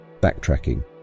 Backtracking